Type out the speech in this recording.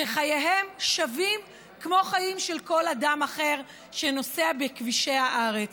שחייהם שווים כמו חיים של כל אדם אחר שנוסע בכבישי הארץ.